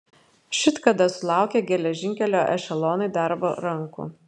šit kada sulaukė geležinkelio ešelonai darbo rankų